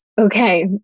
okay